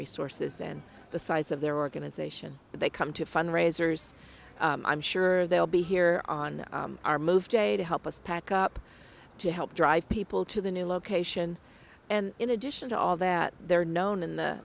resources and the size of their organization they come to fundraisers i'm sure they'll be here on our move day to help us pack up to help drive people to the new location and in addition to all that they're known in the